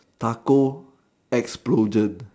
taco explosion